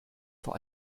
vor